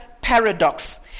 paradox